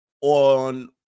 on